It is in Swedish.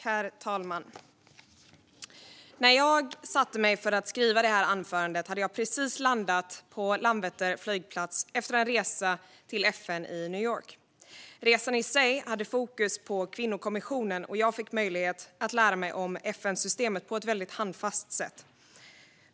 Herr talman! När jag satte mig för att skriva detta anförande hade jag precis landat på Landvetters flygplats efter en resa till FN i New York. Resan i sig hade fokus på kvinnokommissionen, och jag fick möjlighet att lära mig om FN-systemet på ett väldigt handfast sätt.